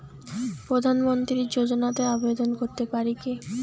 প্রধানমন্ত্রী যোজনাতে আবেদন করতে পারি কি?